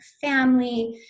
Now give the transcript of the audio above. family